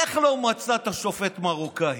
איך לא מצאת שופט מרוקאי?